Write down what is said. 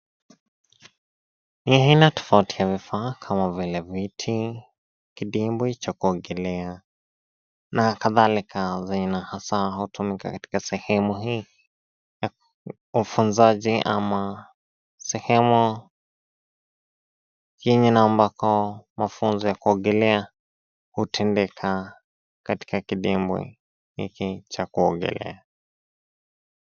Ni aina tofauti ya vifaa kama vile viti, kidimbwi cha kuogolea na kadhalika za aina hasa hutumika katika sehemu hii ya ufunzaji ama sehemu yenye na ambako mafunzo ya kuogolea hutendeka katika kidimbwi hiki cha kuogelea.